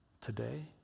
today